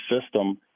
system